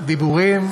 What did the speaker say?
בדיבורים.